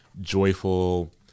joyful